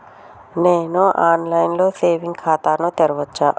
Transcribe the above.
నేను online లో saving ఖాతా ను తెరవచ్చా?